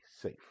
safe